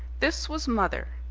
this was mother,